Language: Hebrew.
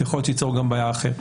יכול להיות שיצור גם בעיה אחרת.